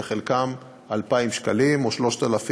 וחלקן 2,000 שקלים או 3,000,